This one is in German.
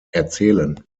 erzählen